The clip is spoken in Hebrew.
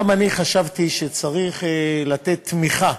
גם אני חשבתי שצריך לתת תמיכה